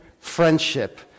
friendship